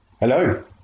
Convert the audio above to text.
Hello